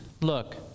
Look